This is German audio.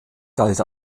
galt